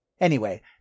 Anyway